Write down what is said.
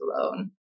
alone